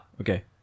okay